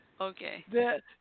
Okay